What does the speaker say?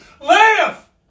Laugh